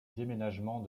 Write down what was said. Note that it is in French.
déménagement